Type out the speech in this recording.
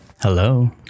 hello